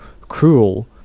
cruel